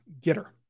getter